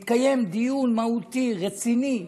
התקיים דיון מהותי, רציני,